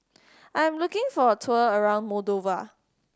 I am looking for a tour around Moldova